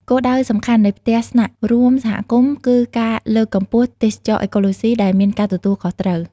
គោលដៅសំខាន់នៃផ្ទះស្នាក់រួមសហគមន៍គឺការលើកកម្ពស់ ទេសចរណ៍អេកូឡូស៊ី ដែលមានការទទួលខុសត្រូវ។